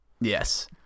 Yes